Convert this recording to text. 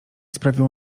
sprawiło